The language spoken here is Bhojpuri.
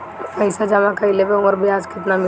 पइसा जमा कइले पर ऊपर ब्याज केतना मिली?